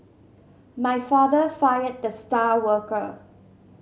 my father fired the star worker